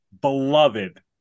beloved